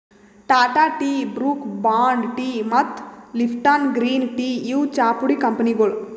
Tata tea, Brooke Bond tea ಮತ್ತ್ Lipton green tea ಇವ್ ಚಾಪುಡಿ ಕಂಪನಿಗೊಳ್